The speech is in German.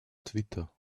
twitter